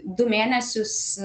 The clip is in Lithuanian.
du mėnesius